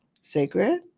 Sacred